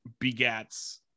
begats